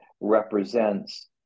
represents